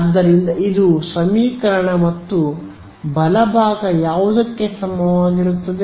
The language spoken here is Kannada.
ಆದ್ದರಿಂದ ಇದು ಸಮೀಕರಣ ಮತ್ತು ಬಲಭಾಗ ಯಾವುದಕ್ಕೆ ಸಮಾನವಾಗಿರುತ್ತದೆ